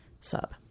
Sub